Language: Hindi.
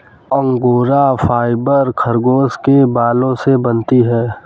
अंगोरा फाइबर खरगोश के बालों से बनती है